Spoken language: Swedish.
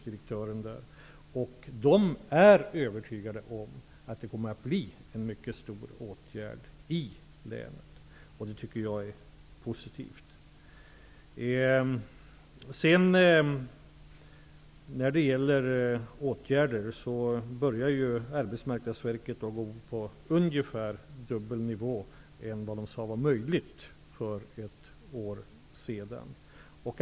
Där är man övertygad om att det kommer att bli en mycket stor åtgärd i länet. Det tycker jag är positivt. När det gäller åtgärder ligger Arbetsmarknadsverket på en nivå som är ungefär dubbelt så hög som vad man sade var möjligt för ett år sedan.